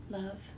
Love